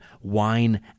wine